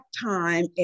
time